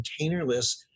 containerless